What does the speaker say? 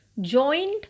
joined